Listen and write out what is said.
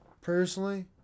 personally